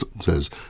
says